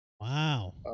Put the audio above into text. wow